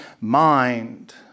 mind